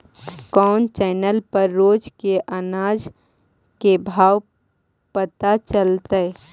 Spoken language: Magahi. कोन चैनल पर रोज के अनाज के भाव पता चलतै?